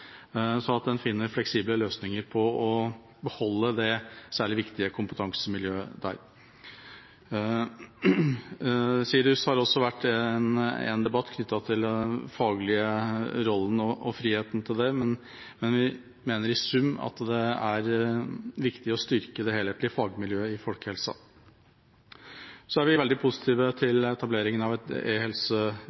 sånn at vi forstår at det er ikke nødvendigvis mulig å erstatte den kompetansen i Bergen fra dag én, og at en finner fleksible løsninger for å beholde det særlig viktige kompetansemiljøet der. Det har også vært en debatt knyttet til den faglige rollen og friheten til SIRIUS, men vi mener i sum at det er viktig å styrke det helhetlige fagmiljøet i folkehelsa. Så er vi